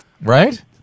Right